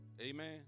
Amen